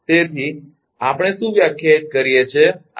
તેથી તમે આપણે શું વ્યાખ્યાયિત કરીએ છીએ